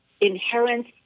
inherent